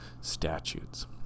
statutes